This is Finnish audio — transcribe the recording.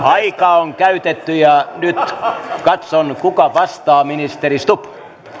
aika on käytetty ja nyt katson kuka vastaa ministeri stubb